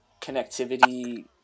connectivity